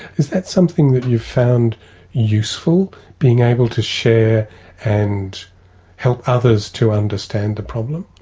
is that something that you've found useful being able to share and help others to understand the problem?